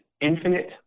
infinite